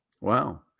Wow